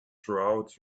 throughout